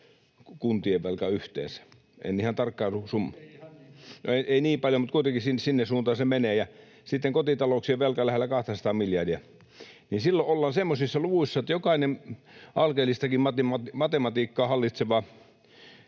[Toimi Kankaanniemi: Ei ihan niin paljon!] — Ei niin paljon, mutta kuitenkin sinne suuntaan se menee. — Ja sitten kotitalouksien velka on lähellä 200:aa miljardia. Silloin ollaan semmoisissa luvuissa, että jokainen alkeellistakin matematiikkaa hallitseva